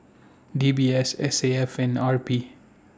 D B S S A F and R P